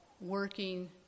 Working